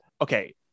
Okay